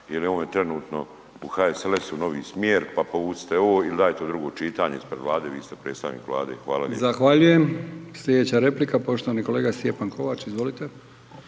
jel je on je trenutno u HSLS-u novi smjer, pa povucite ovo il dajte u drugo čitanje ispred Vlade, vi ste predstavnik Vlade, hvala lijepo. **Brkić, Milijan (HDZ)** Zahvaljujem. Slijedeća replika poštovani kolega Stjepan Kovač, izvolite.